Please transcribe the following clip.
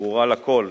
שברורה לכול,